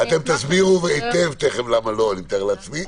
תסבירו היטב תיכף למה לא, אני מתאר לעצמי.